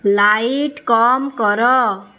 light କମ କର